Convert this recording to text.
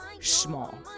small